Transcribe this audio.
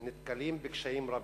נתקלים בקשיים רבים.